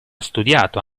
studiato